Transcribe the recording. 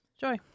Joy